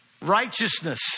Righteousness